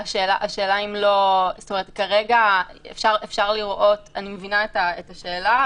--- אני מבינה את השאלה.